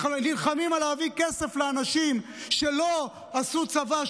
נלחמים על להביא כסף לאנשים שלא עשו צבא,